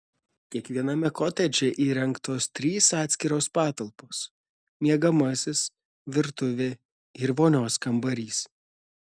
kiekviename kotedže įrengtos trys atskiros patalpos miegamasis virtuvė ir vonios kambarys